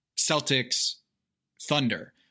Celtics-Thunder